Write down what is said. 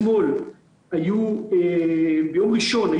ביום ראשון,